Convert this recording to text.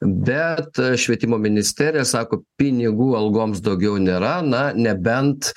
bet švietimo ministerija sako pinigų algoms daugiau nėra na nebent